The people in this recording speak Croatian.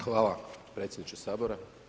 Hvala predsjedniče Sabora.